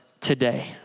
today